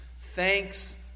thanks